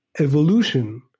evolution